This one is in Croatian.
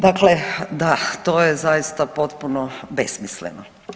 Dakle, da to je zaista potpuno besmisleno.